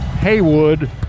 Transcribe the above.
Haywood